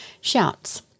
shouts